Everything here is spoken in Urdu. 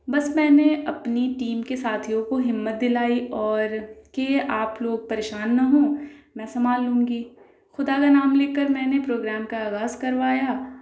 بس میں نے اپنی ٹیم کے ساتھیوں کو ہمت دلائی اور کہ آپ لوگ پریشان نہ ہوں میں سنبھال لوں گی خدا کا نام لے کر میں نے پروگرام کا آغاز کروایا